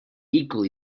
equally